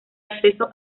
acceso